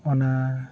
ᱚᱱᱟ